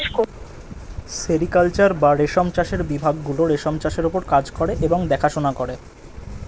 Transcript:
sericulture বা রেশম চাষের বিভাগ গুলো রেশম চাষের ওপর কাজ করে এবং দেখাশোনা করে